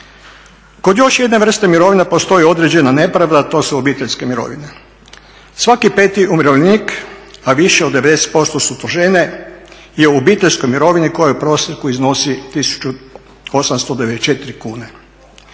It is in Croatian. Kod još jedne vrste mirovina postoji određena nepravda a to su obiteljske mirovine. Svaki peti umirovljenik a više od 90% su to žene je u obiteljskoj mirovini koja u prosjeku iznosi 1894 kune.